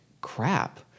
crap